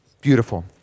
Beautiful